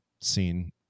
scene